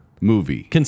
movie